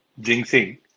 jinxing